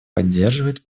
поддерживает